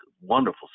wonderful